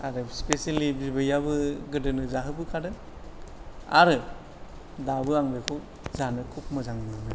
आरो स्पिसियेलि बिबैयाबो गोदोनो जाहोबोखादों आरो दाबो आं बेखौ जानो खुब मोजां मोनो